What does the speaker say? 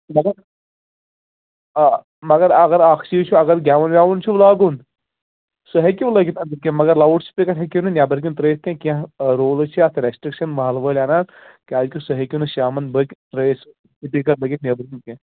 مگر آ مگر اگر اَکھ چیٖز چھُ اگر گٮ۪وُن وٮ۪وُن چھُو لاگُن سُہ ہٮ۪کو لٲگِتھ أنٛدرۍ کَنۍ مگر لاوُڈ سُپیٖکر ہیٚکِو نہٕ نٮ۪بر کُن ترٛٲوِتھ تُہۍ کیٚنٛہہ روٗلٕز چھِ اتھ ریسٹرٕکشن محلہٕ وٲلۍ اَنان کیٛازِ کہِ سُہ ہیٚکِو نہٕ شامن بٲغ ترٛٲوِتھ سُپیٖکر لٔگِتھ نیٚبرۍ کِنۍ کیٚنٛہہ